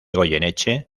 goyeneche